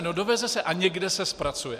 No doveze se a někde se zpracuje.